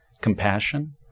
compassion